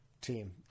team